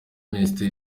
minisiteri